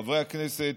חברי הכנסת,